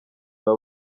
baba